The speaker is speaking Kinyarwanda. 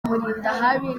mulindahabi